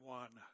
one